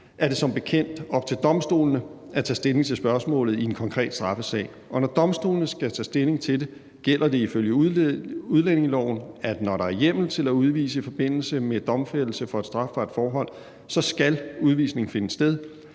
er det som bekendt op til domstolene at tage stilling til spørgsmålet i en konkret straffesag. Og når domstolene skal tage stilling til det, gælder det ifølge udlændingeloven, at når der er hjemmel til at udvise i forbindelse med domfældelse for et strafbart forhold, så skal udvisning finde sted,